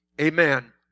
Amen